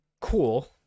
cool